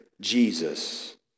Jesus